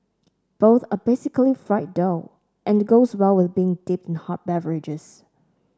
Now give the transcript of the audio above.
both are basically fried dough and goes well with being dipped in hot beverages